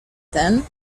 ten